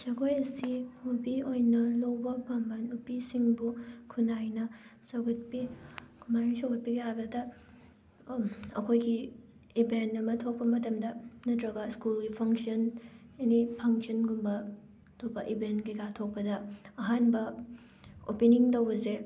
ꯖꯒꯣꯏ ꯑꯁꯤ ꯍꯣꯕꯤ ꯑꯣꯏꯅ ꯂꯧꯕ ꯄꯥꯝꯕ ꯅꯨꯄꯤꯁꯤꯡꯕꯨ ꯈꯨꯟꯅꯥꯏꯅ ꯁꯧꯒꯠꯄꯤ ꯀꯃꯥꯏꯅ ꯁꯧꯒꯠꯄꯤꯒꯦ ꯍꯥꯏꯕꯗ ꯑꯩꯈꯣꯏꯒꯤ ꯏꯚꯦꯟ ꯑꯃ ꯊꯣꯛꯄ ꯃꯇꯝꯗ ꯅꯠꯇ꯭ꯔꯒ ꯁ꯭ꯀꯨꯜꯒꯤ ꯐꯪꯁꯟ ꯑꯦꯅꯤ ꯐꯪꯁꯟꯒꯨꯝꯕ ꯊꯣꯛꯄ ꯏꯚꯦꯟ ꯀꯩꯀꯥ ꯊꯣꯛꯄꯗ ꯑꯍꯥꯟꯕ ꯑꯣꯄꯦꯅꯤꯡ ꯇꯧꯕꯁꯦ